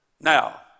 Now